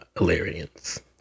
Illyrians